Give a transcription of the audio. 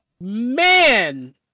man